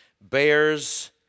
bears